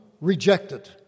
rejected